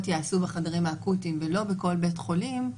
ייעשו בחדרים האקוטיים ולא בכל בית חולים,